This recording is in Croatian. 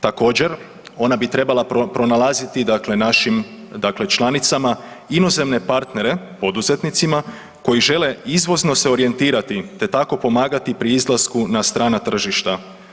Također ona bi trebala pronalaziti dakle, našim članicama inozemne partnere poduzetnicima koji žele izvozno se orijentirati te tako pomagati pri izlasku na strana tržišta.